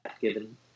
given